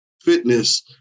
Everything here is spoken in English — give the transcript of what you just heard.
fitness